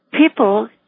people